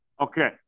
Okay